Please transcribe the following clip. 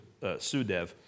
Sudev